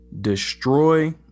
Destroy